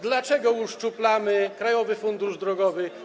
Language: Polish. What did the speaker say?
Dlaczego uszczuplamy Krajowy Fundusz Drogowy?